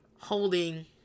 holding